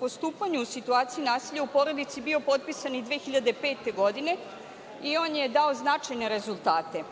postupanju situacije u nasilju u porodici, bio potpisan i 2005. godine i on je dao značajne rezultate.